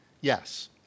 Yes